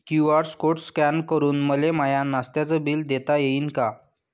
QR code scan करून मले माय नास्त्याच बिल देता येईन का?